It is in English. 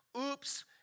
Oops